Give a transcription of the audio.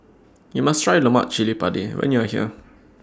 YOU must Try Lemak Cili Padi when YOU Are here